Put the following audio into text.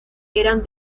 eran